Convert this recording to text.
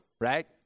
right